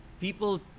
people